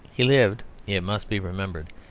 he lived, it must be remembered,